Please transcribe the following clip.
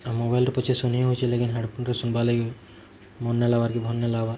ଆଉ ମୋବାଇଲ୍ରେ ପଛେ ଶୁନି ହଉଛି ଲେକିନ ହେଡ଼ଫୋନ୍ରେ ଶୁନିବାର୍ ଲାଗି ମନ ନେଇ ଲାଗବାର୍ କି ଭଲ ନେଇ ଲାଗବାର୍